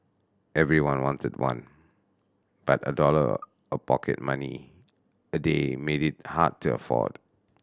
everyone wanted one but a dollar of pocket money a day made it hard to afford